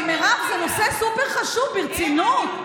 אבל מירב, זה נושא סופר-חשוב, ברצינות.